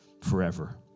forever